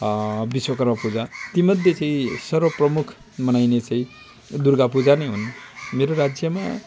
विश्वकर्म पूजा तीमध्ये चाहिँ सर्बप्रमुख मनाइने चाहिँ दुर्गा पूजा नै हुन् मेरो राज्यमा